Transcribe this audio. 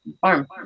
Farm